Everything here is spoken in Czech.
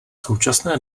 současné